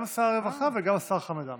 גם שר הרווחה וגם השר חמד עמאר.